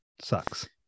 sucks